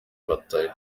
batayo